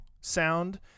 sound